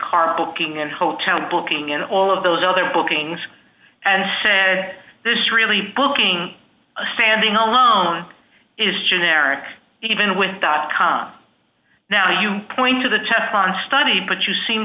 car booking and hotel booking and all of those other bookings and said this really looking standing alone is generic even with dot com now you point to the chapter on study but you seem